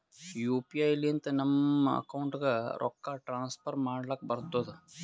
you P I ಲಿಂತ ನಮ್ ಅಕೌಂಟ್ಗ ರೊಕ್ಕಾ ಟ್ರಾನ್ಸ್ಫರ್ ಮಾಡ್ಲಕ್ ಬರ್ತುದ್